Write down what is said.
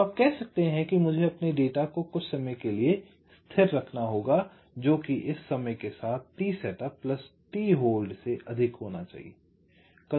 तो आप कह सकते हैं कि मुझे अपने डेटा को कुछ समय के लिए स्थिर रखना होगा जो कि इस समय के साथ t सेटअप t होल्ड से अधिक होना चाहिए